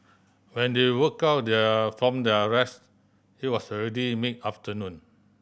when they woke up their from their rest it was already mid afternoon